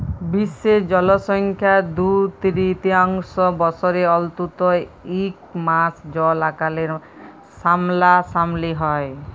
বিশ্বের জলসংখ্যার দু তিরতীয়াংশ বসরে অল্তত ইক মাস জল আকালের সামলাসামলি হ্যয়